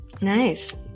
Nice